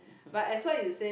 but as what you say